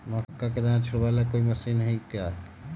मक्का के दाना छुराबे ला कोई मशीन हई का?